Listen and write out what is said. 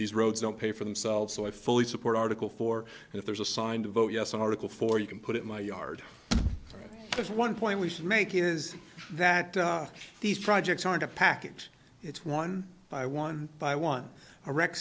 these roads don't pay for themselves so i fully support article four and if there's a signed vote yes article for you can put it in my yard there's one point we should make is that these projects aren't a package it's one by one by one a rec